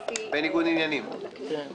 -- ולא נתן אישור לקיום הישיבה,